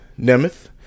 Nemeth